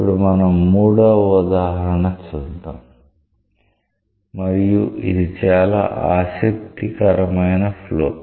ఇప్పుడు మనం మూడవ ఉదాహరణ చూద్దాం మరియు ఇది చాలా ఆసక్తికరమైన ఫ్లో